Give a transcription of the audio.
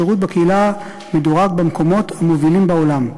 השירות בקהילה מדורג במקומות המובילים בעולם.